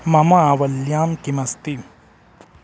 मम आवल्यां किमस्ति